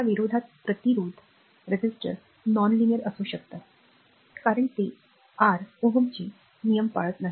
त्या विरोधात प्रतिरोधक अ रेखीय असू शकतात कारण ते आर Ω चे नियम पाळत नाही